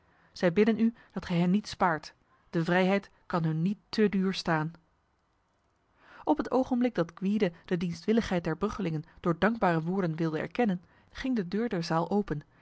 zij bidden u dat gij hen niet spaart de vrijheid kan hun niet te duur staan op het ogenblik dat gwyde de dienstwilligheid der bruggelingen door dankbare woorden wilde erkennen ging de deur der zaal open